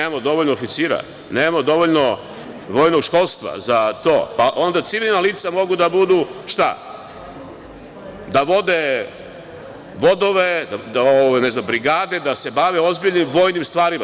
Pa, nemamo dovoljno oficira, nemamo dovoljno vojnog školstva za to, pa onda civilna lica mogu da budu – šta, da vode vodove, ne znam, brigade, da se bave ozbiljnim vojnim stvarima.